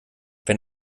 wenn